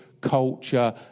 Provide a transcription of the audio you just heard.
culture